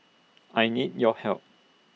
I need your help